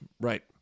right